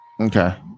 Okay